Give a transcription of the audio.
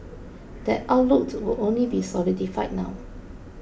that outlook will only be solidified now